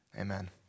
amen